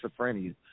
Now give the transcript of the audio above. schizophrenia